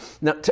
Now